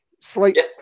slightly